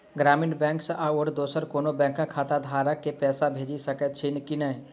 ग्रामीण बैंक सँ आओर दोसर कोनो बैंकक खाताधारक केँ पैसा भेजि सकैत छी की नै?